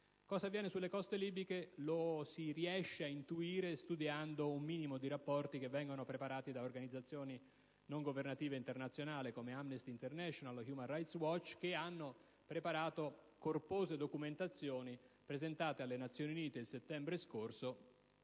cosa avviene sulle coste libiche. Cosa avviene lo si riesce ad intuire studiando un minimo di rapporti che vengono preparati da organizzazioni non governative internazionali, come *Amnesty International* o *Human Rights Watch*, che hanno preparato corpose documentazioni presentate alle Nazioni Unite il settembre scorso